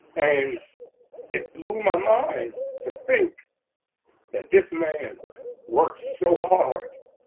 and it blew my mind to think that this man worked so hard